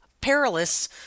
perilous